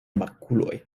makuloj